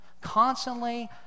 constantly